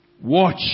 Watch